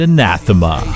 Anathema